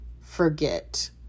forget